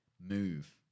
move